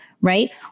right